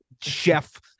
chef